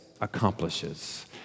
accomplishes